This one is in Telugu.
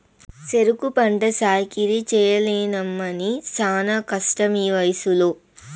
సెరుకు పంట సాకిరీ చెయ్యలేనమ్మన్నీ శానా కష్టమీవయసులో